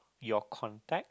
your contact